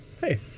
hey